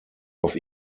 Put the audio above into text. auf